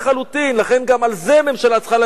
גם על זה הממשלה צריכה לתת את הדעת,